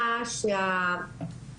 אנחנו בעד המהלך של העלאת גיל הפרישה.